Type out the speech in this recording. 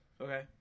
Okay